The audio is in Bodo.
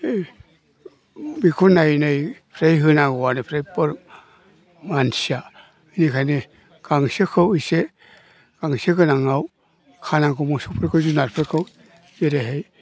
बेखौ नायै नायै फ्राय होनांगौआनो फ्राय मानसिया बेनिखायनो गांसोखौ एसे गांसो गोनाङाव खानांगौ मोसौफोरखौ जुनारफोरखौ जेरै